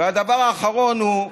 הדבר האחרון הוא: